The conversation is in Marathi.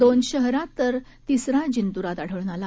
दोन शहरात तर व तिसरा जिंतूरात आढळून आला